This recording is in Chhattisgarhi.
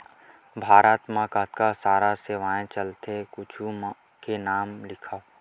भारत मा कतका सारा सेवाएं चलथे कुछु के नाम लिखव?